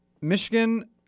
Michigan